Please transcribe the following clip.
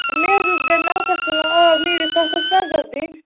ہے مےٚ حظ اوس گرِ نلکس ژلان آب نٮ۪ٖرتھ تتھ ٲس نظر دِنۍ